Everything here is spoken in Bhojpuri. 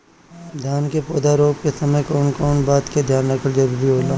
धान के पौधा रोप के समय कउन कउन बात के ध्यान रखल जरूरी होला?